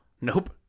nope